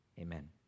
amen